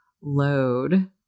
load